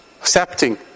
accepting